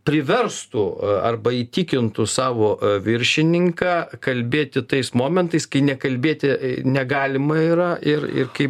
priverstų arba įtikintų savo viršininką kalbėti tais momentais kai nekalbėti negalima yra ir ir kai